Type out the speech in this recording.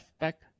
back